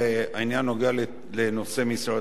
אין ספק שראוי היה,